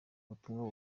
butumwa